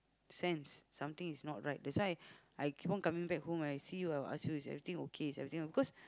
sense something is not right that's why I I keep on coming back home I see I will ask you if everything's okay is everything cause